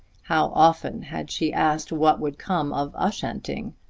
how often had she asked what would come of ushanting.